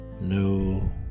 no